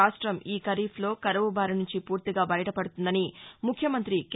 రాష్టం ఈ ఖరీఫ్లో కరవు బారి నుంచి పూర్తిగా బయటపడుతుందని ముఖ్యమంతి కె